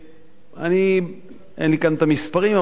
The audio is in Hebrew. אין לי כאן המספרים,